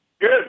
Good